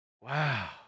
Wow